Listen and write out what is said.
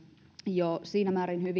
jo siinä määrin